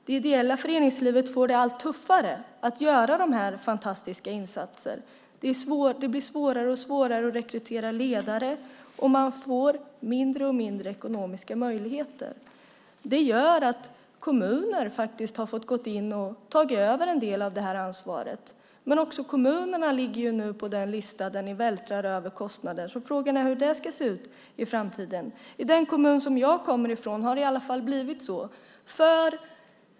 Det ideella föreningslivet får det allt tuffare att göra dessa fantastiska insatser. Det blir svårare och svårare att rekrytera ledare, och man får mindre och mindre ekonomiska möjligheter. Det gör att kommuner har fått gå in och ta över en del av ansvaret. Men också kommunerna ligger nu på den lista dit ni vältrar över kostnader, så frågan är hur det kommer att se ut i framtiden. I den kommun jag kommer från har det i alla fall blivit så.